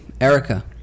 Erica